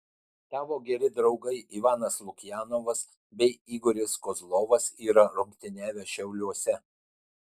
tavo geri draugai ivanas lukjanovas bei igoris kozlovas yra rungtyniavę šiauliuose